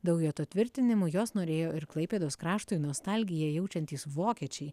daujoto tvirtinimu jos norėjo ir klaipėdos kraštui nostalgiją jaučiantys vokiečiai